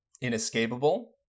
inescapable